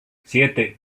siete